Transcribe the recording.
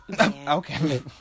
okay